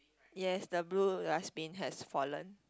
yes the blue dustbin has fallen